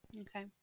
Okay